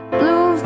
blue